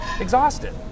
Exhausted